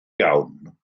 iawn